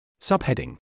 Subheading